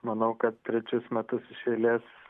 manau kad trečius metus iš eilės